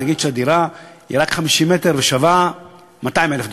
נגיד שהדירה היא רק 50 מטר ושווה 200,000 דולר,